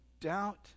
doubt